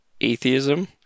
atheism